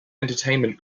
entertainment